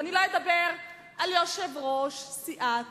ואני לא אדבר על יושב-ראש סיעת